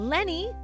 Lenny